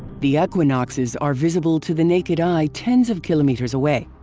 the equinoxes are visible to the naked eye tens of kilometers away.